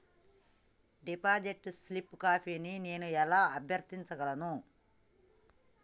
Deposit slip కాపీని నేను ఎలా అభ్యర్థించగలను?